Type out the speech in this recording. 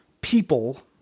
people